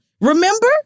Remember